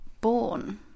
born